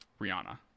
Rihanna